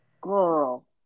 Girl